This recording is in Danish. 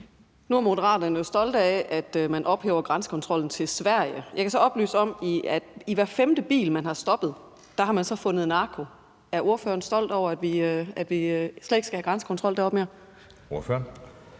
Nu er Moderaterne jo stolte af, at man ophæver grænsekontrollen til Sverige. Jeg kan så oplyse om, at man i hver femte bil, man har stoppet, har fundet narko. Er ordføreren stolt over, at vi slet ikke skal have grænsekontrol dertil mere? Kl.